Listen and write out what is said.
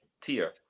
tier